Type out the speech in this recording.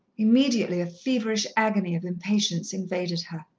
immediately a feverish agony of impatience invaded her.